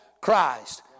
Christ